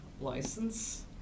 license